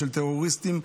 של טרוריסטים.